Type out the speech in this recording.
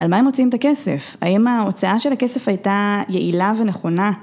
על מה הם מוצאים את הכסף? האם ההוצאה של הכסף הייתה יעילה ונכונה?